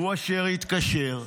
הוא אשר התקשר,